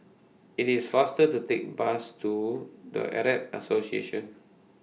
IT IS faster to Take Bus to The Arab Association